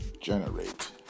generate